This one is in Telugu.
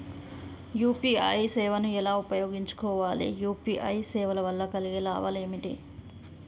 యూ.పీ.ఐ సేవను ఎలా ఉపయోగించు కోవాలి? యూ.పీ.ఐ సేవల వల్ల కలిగే లాభాలు ఏమిటి?